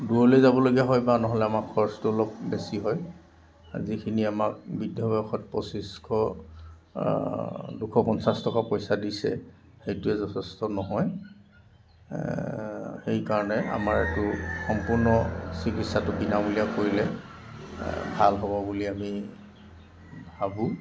দূৰলৈ যাবলগীয়া হয় বা নহ'লে আমাৰ খৰচটো অলপ বেছি হয় যিখিনি আমাৰ বৃদ্ধ বয়সত পঁচিছশ দুশ পঞ্চাছ টকা পইচা দিছে সেইটোৱে যথেষ্ট নহয় সেইকাৰণে আমাৰ এইটো সম্পূৰ্ণ চিকিৎসাটো বিনামূলীয়া কৰিলে ভাল হ'ব বুলি আমি ভাবোঁ